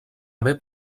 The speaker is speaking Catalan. haver